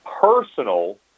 personal